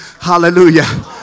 Hallelujah